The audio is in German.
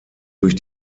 durch